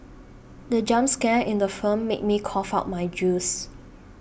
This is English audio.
the jump scare in the firm made me cough out my juice